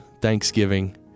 Thanksgiving